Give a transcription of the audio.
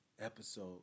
episode